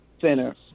Center